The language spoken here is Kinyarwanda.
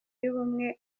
y’ubumwe